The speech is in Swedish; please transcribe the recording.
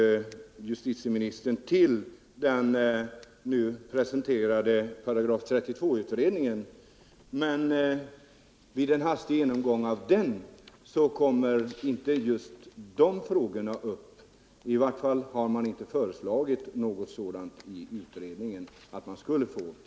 Justitieministern hänvisar till den nu presenterade § 32-utredningen, men vid en hastig genomgång har jag inte funnit att just de här frågorna tas upp.